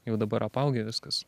jau dabar apaugę viskas